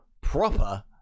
proper